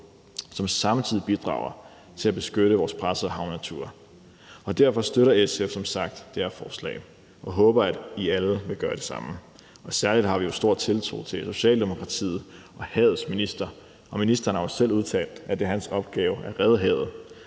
som samtidig bidrager til at beskytte vores pressede havnatur. Derfor støtter SF som sagt det her forslag og håber, at I alle vil gøre det samme. Særlig har vi stor tiltro til Socialdemokratiet og havets minister, og ministeren har jo selv udtalt, at det er hans opgave at redde havet,